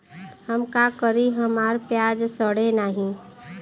हम का करी हमार प्याज सड़ें नाही?